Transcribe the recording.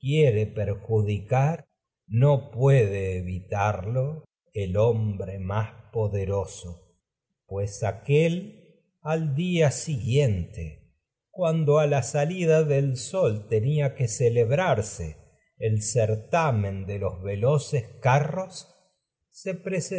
quiere perju dicar no puede evitarlo el hombre más poderoso pues aquél al día siguiente cuando que a la salida del sol tenia celebrarse el certamen de los veloces carros se